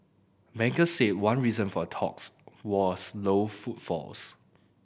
bankers said one reason for the talks was low footfalls